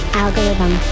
algorithm